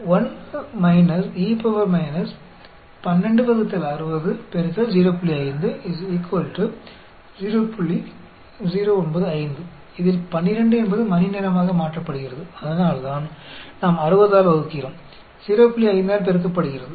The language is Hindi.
तो इस समीकरण से भी यही बात प्राप्त होती है जिसमें 12 को घंटों में परिवर्तित किया जाता है यही कारण है कि हम 60 से विभाजित करते हैं 05 से गुणा करते है